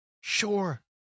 sure